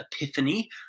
Epiphany